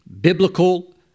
biblical